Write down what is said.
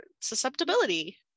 susceptibility